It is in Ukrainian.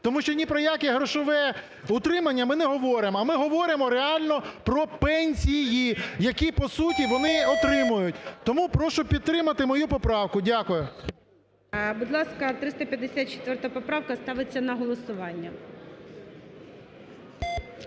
Тому що ні про яке грошове утримання ми не говоримо, а ми говоримо реально про пенсії, які по суті вони отримують. Тому прошу підтримати мою поправку. Дякую. ГОЛОВУЮЧИЙ. Будь ласка, 354 поправка ставиться на голосування.